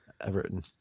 Everton